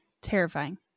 Terrifying